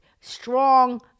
strong